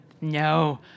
No